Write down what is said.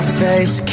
face